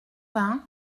vingt